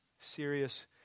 Serious